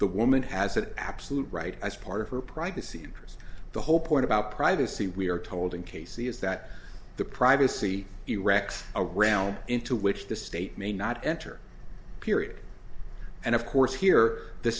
the woman has an absolute right as part of her privacy interests the whole point about privacy we are told in casey is that the privacy erects are ground into which the state may not enter period and of course here the